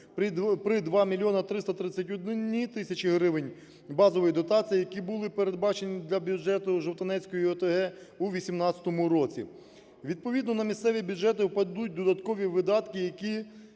при 2 мільйони 331 тисячі гривень базової дотації, які були передбачені для бюджету Жовтанецької ОТГ у 2018 році. Відповідно на місцеві бюджети впадуть додаткові видатки, які